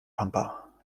pampa